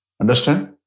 Understand